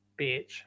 Bitch